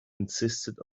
insisted